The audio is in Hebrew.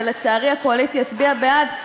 ולצערי הקואליציה הצביעה בעדו.